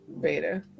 beta